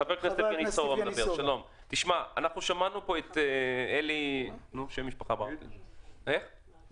אריאל, שמענו פה את אלי אילדיס,